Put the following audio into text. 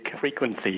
frequency